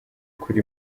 kuri